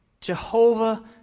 Jehovah